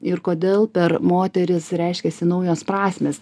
ir kodėl per moteris reiškiasi naujos prasmės